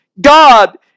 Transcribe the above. God